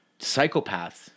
psychopaths